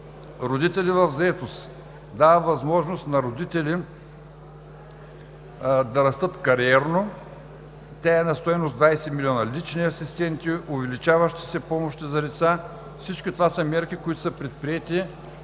„Родители в заетост“ – дава възможност на родители да растат кариерно, тя е на стойност 20 милиона; лични асистенти, увеличаващи се помощи за деца. Всичко това са мерки, които са предприети